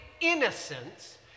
innocence